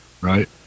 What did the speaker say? right